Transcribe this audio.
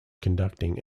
conducting